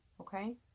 Okay